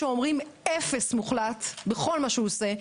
אפס מוחלט בכל מה שהוא עושה,